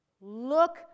Look